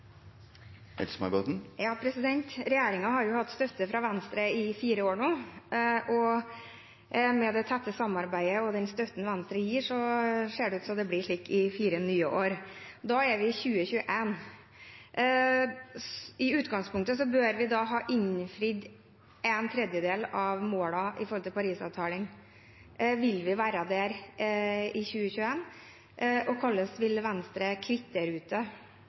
med det tette samarbeidet og den støtten Venstre gir, ser det ut til at det blir slik i fire nye år. Da er vi i 2021. I utgangspunktet bør vi da ha innfridd en tredjedel av målene i Parisavtalen. Vil vi være der i 2021? Og hvordan vil Venstre kvittere